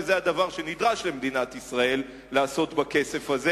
שזה הדבר שנדרש למדינת ישראל לעשות בכסף הזה.